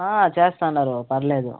చేస్తు ఉన్నారు పర్లేదు